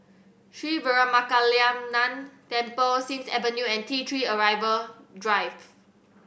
Sri Veeramakaliamman Temple Sims Avenue and T Three Arrival Drive